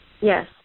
Yes